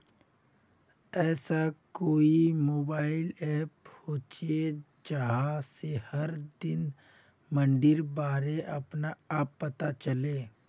ऐसा कोई mobile app होचे जहा से हर दिन मंडीर बारे अपने आप पता चले?